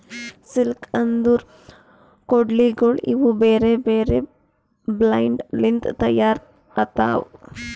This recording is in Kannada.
ಸಿಕ್ಲ್ ಅಂದುರ್ ಕೊಡ್ಲಿಗೋಳ್ ಇವು ಬೇರೆ ಬೇರೆ ಬ್ಲೇಡ್ ಲಿಂತ್ ತೈಯಾರ್ ಆತವ್